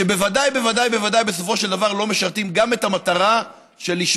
שבוודאי בוודאי בוודאי בסופו של דבר לא משרתים גם את המטרה שלשמה,